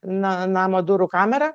na namo durų kamerą